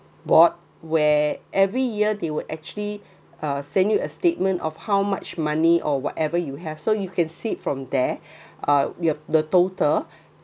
board where every year they will actually uh send you a statement of how much money or whatever you have so you can see from there uh you the total